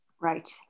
right